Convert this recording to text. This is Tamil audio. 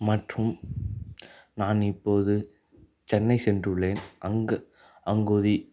மற்றும் நான் இப்போது சென்னை சென்றுள்ளேன் அங்கு அங்கொரு